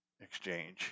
exchange